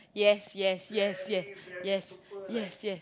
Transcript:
yes yes yes yes yes yes yes